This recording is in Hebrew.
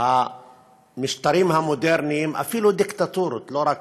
המשטרים המודרניים, אפילו דיקטטורות, לא רק